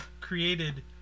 created